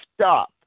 stop